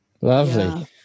lovely